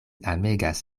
amegas